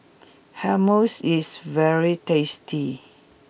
Hummus is very tasty